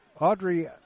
Audrey